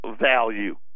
value